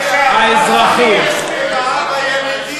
תושבים, הם לא, הם עם הילידים.